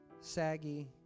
saggy